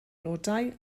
nodau